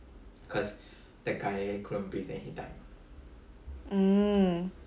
mm